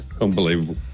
Unbelievable